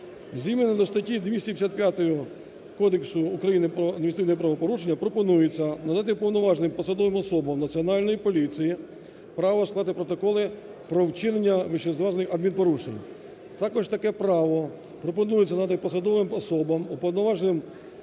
Згідно статті 255 Кодексу України "Про адміністративні правопорушення" пропонується надати повноваження посадовим особам Національної поліції право складати протоколи про вчинення вищезгаданих адмінпорушень. Також таке право пропонується надати посадовим особам, уповноваженим